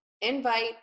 invite